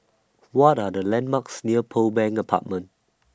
What Are The landmarks near Pearl Bank Apartment